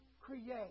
create